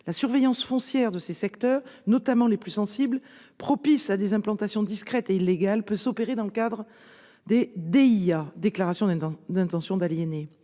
La surveillance foncière des secteurs, notamment les plus sensibles d'entre eux, qui sont propices à des implantations discrètes et illégales, peut s'opérer dans le cadre des déclarations d'intention d'aliéner